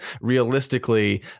realistically